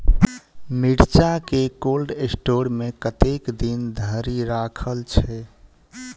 मिर्चा केँ cold store मे कतेक दिन धरि राखल छैय?